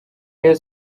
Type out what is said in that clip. rayon